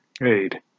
aid